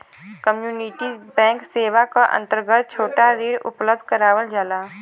community bank सेवा क अंतर्गत छोटा ऋण उपलब्ध करावल जाला